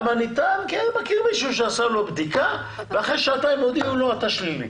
אני מכיר מישהו שעשה בדיקה ואחרי שעתיים הודיעו לו שהוא שלילי.